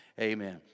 amen